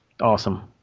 awesome